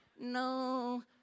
no